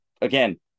again